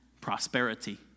prosperity